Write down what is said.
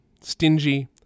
stingy